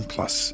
Plus